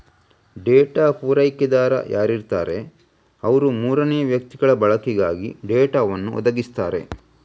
data ಪೂರೈಕೆದಾರ ಯಾರಿರ್ತಾರೆ ಅವ್ರು ಮೂರನೇ ವ್ಯಕ್ತಿಗಳ ಬಳಕೆಗಾಗಿ ಡೇಟಾವನ್ನು ಒದಗಿಸ್ತಾರೆ